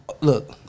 look